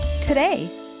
today